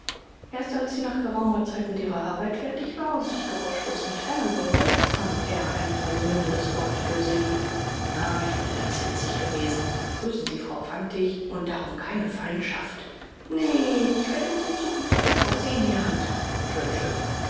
erst als sie nach geraumer zeit mit ihrer arbeit fertig war und sich geräuschlos entfernen wollte fand er ein versöhnendes wort für sie na ich bin etwas hitzig gewesen grüßen sie frau fantig und darum keine feindschaft nee ich werde mich in zukunft aber vorsehen herr hunter schön schön